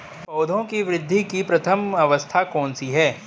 पौधों की वृद्धि की प्रथम अवस्था कौन सी है?